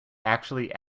actually